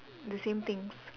the same things